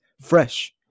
fresh